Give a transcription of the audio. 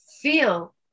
feel